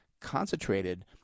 concentrated